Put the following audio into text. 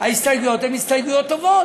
ההסתייגות הן הסתייגויות טובות.